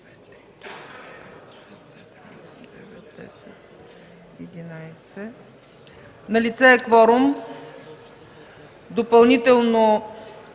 Налице е кворум. Допълнително,